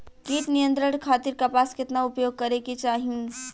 कीट नियंत्रण खातिर कपास केतना उपयोग करे के चाहीं?